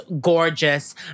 gorgeous